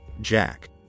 Jack